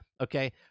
okay